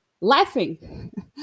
laughing